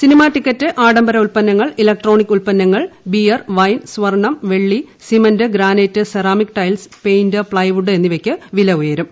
cinema ticket ആഡംബര ഉൽപന്നങ്ങൾ electronic ഉൽപ്പന്നങ്ങൾ ബിയർ വൈൻ സ്വർണം വെള്ളി cement granite ceramic tiles paint plywood എന്നിവയ്ക്ക് വില ഉയരും